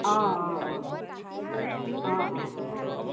অঁ অঁ অঁ অঁ অঁ অঁ অঁ